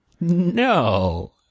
no